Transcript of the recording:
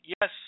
Yes